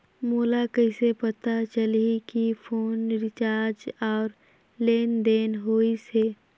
मोला कइसे पता चलही की फोन रिचार्ज और लेनदेन होइस हे?